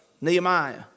Nehemiah